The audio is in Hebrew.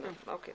כן.